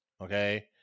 Okay